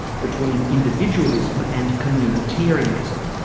between individualism and communitarianism.